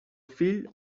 fill